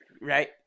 Right